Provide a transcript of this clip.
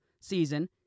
season